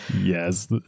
yes